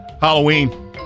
Halloween